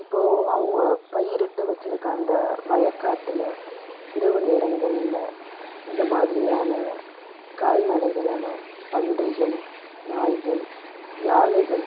இப்போ அவங்க பயிரிட்டு வச்சுருக்க அந்த வயகாட்டில் இரவு நேரங்களில் இந்த மாதிரியான கால்நடைகளான பன்றிகள் நாய்கள் யானைகள்